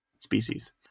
species